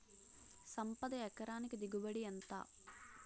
సంపద ఎకరానికి దిగుబడి ఎంత?